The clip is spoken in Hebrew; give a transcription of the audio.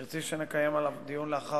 תרצי שנקיים עליו דיון לאחר